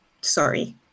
sorry